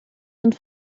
sind